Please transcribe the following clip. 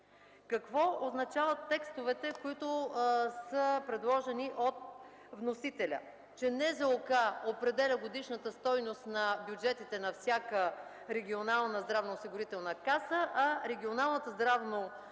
Какво означават текстовете, които са предложени от вносителя – че НЗОК определя годишната стойност на бюджетите на всяка регионална здравноосигурителна каса, а регионалната здравноосигурителна